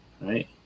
right